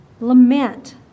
Lament